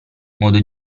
modo